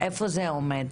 איפה זה עומד?